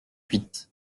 huit